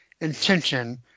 intention